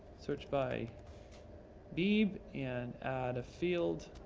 search by beebe and add a field,